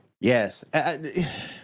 Yes